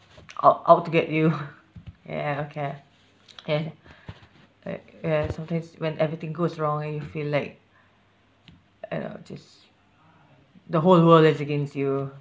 out out to get you ya okay and like ya something's when everything goes wrong and you feel like you know just the whole world is against you